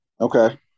Okay